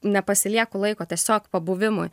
nepasilieku laiko tiesiog pabuvimui